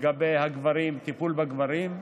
לגבי טיפול בגברים.